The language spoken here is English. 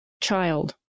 child